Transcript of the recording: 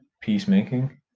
peacemaking